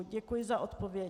Děkuji za odpověď.